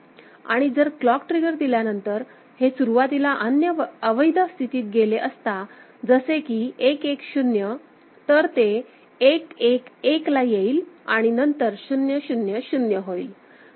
आणि जर clock trigger दिल्यानंतर हे सुरुवातीला अन्य अवैध स्थितीत गेले असता जसे की 1 1 0 तर ते 1 1 1 ला येईल आणि नंतर 0 0 0 होईल